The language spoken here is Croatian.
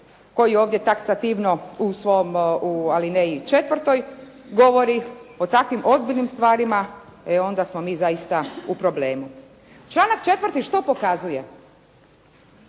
koji ovdje taksativno u svom, ali ne i četvrtoj, govori o takvim ozbiljnim stvarima, e onda smo mi zaista u problemu. Članak 4. što pokazuje?